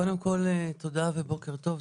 קודם כל תודה ובוקר טוב,